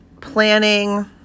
planning